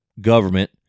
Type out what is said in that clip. government